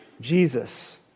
Jesus